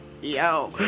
Yo